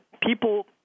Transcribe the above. people